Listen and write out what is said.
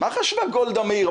מה חשבה גולדה מאיר?